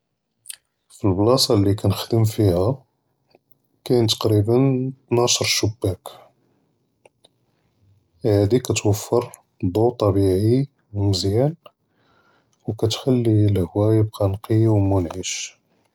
פִּלְבְּלַאסַה לִי כּנְחַדְם פִיהَا קַאיִן תַקרִיבַּא תִשְעַעְשַר שַּבַּאק, עַלַא הַדִי כַּתּוּפֶּר לְדְּווּ טַבִּיעִי וּמְזִיַאן, וְכַתְחַלִּי לְהַוַא יִבְקֵּי נַקִי וּמְנַעֵש.